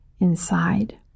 Inside